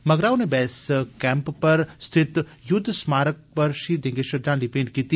मगरा उनें base camp पर स्थित युद्ध समारक पर शहीदें गी श्रद्धांजलि मेंट कीती